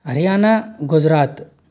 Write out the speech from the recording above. Haryana Gujarat